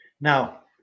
Now